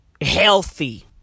healthy